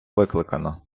викликано